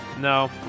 No